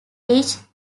each